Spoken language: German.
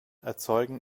erzeugen